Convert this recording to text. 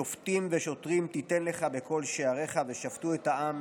"שופטים ושוטרים תיתן לך בכל שעריך, ושפטו את העם